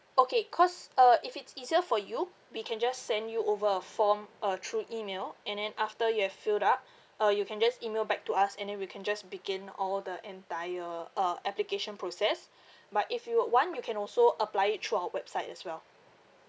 okay because uh if it's easier for you we can just send you over a form uh through email and then after you have filled up uh you can just email back to us and then we can just begin all the entire uh application process but if you would want you can also apply it through our website as well